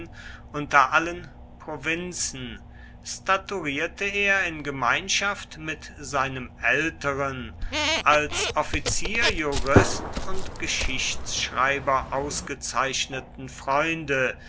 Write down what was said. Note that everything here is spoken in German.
unter allen provinzen statuierte er in gemeinschaft mit seinem älteren als offizier jurist und geschichtschreiber ausgezeichneten freunde